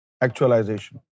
actualization